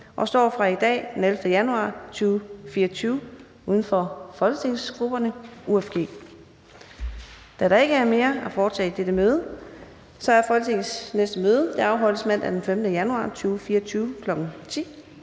og står fra i dag, den 11. januar 2024, uden for folketingsgrupperne. Der er ikke mere at foretage i dette møde. Folketingets næste møde afholdes mandag den 15. januar 2024, kl. 10.00.